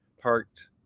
parked